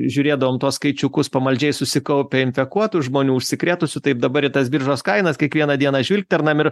žiūrėdavom tuos skaičiukus pamaldžiai susikaupę infekuotų žmonių užsikrėtusių taip dabar į tas biržos kainas kiekvieną dieną žvilgtelnam ir